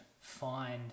find